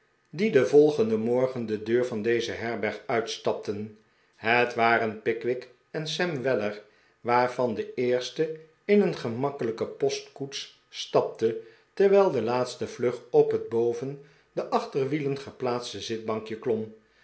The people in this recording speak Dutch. die den volgenden morgen de deur van deze herberg uitstapten het waren pickwick en sam weller waarvan de eerste in een gemakkelijke postkoets stapte terwijl de laatste vlug op het boven de achterwielen geplaatste zitbankje klom